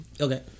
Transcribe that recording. Okay